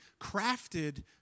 crafted